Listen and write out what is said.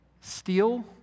steal